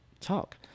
talk